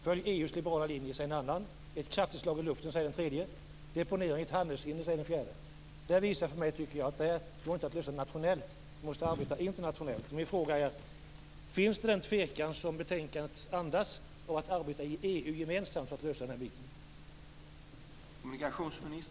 Följ EU:s liberala linje, säger en annan. Ett kraftig slag i luften, säger en tredje. Deponering är ett handelshinder, säger en fjärde. Jag tycker att det visar att detta inte går att lösa nationellt, utan att vi måste arbeta med frågan internationellt. Min fråga är: Finns den tvekan som betänkandet andas inför att arbeta i EU gemensamt för att lösa problemet?